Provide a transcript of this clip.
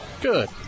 Good